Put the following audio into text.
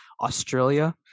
Australia